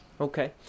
Okay